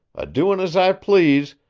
a-doin' as i please,